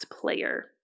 player